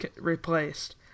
replaced